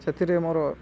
ସେଥିରେ ମୋର